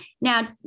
Now